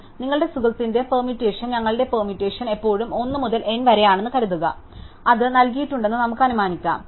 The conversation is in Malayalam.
അതിനാൽ നിങ്ങളുടെ സുഹൃത്തിന്റെ പെർമ്യൂറ്റേഷൻ ഞങ്ങളുടെ പെർമ്യൂറ്റേഷൻ എപ്പോഴും 1 മുതൽ n വരെയാണെന്ന് കരുതുക അതിനാൽ അത് നൽകിയിട്ടുണ്ടെന്ന് നമുക്ക് അനുമാനിക്കാം